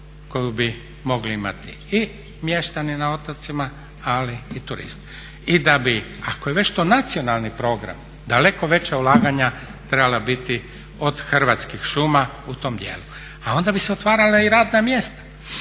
koju bi mogli imati i mještani na otocima ali i turisti. I da bi, ako je već to nacionalni program daleko veća ulaganja trebala biti od Hrvatskih šuma u tom dijelu. A onda bi se otvarala i radna mjesta.